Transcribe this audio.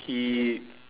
he